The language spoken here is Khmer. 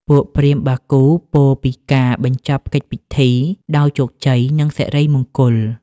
ពួកព្រាហ្មណ៍បាគូពោលពីការបញ្ចប់កិច្ចពិធីដោយជោគជ័យ និងសិរីមង្គល។